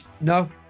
No